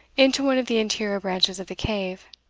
into one of the interior branches of the cave.